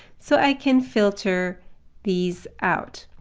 so i can filter these out.